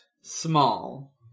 small